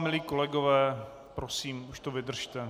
Milí kolegové, prosím, už to vydržte.